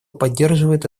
поддерживает